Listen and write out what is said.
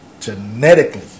genetically